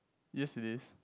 yes it is